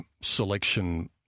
selection